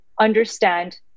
understand